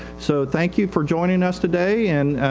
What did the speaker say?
so thank you for joining us today. and, ah,